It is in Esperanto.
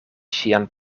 ŝian